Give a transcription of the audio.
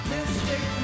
Mystic